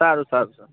સારું સારું